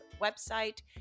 website